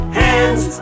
hands